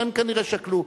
והם כנראה שקלו.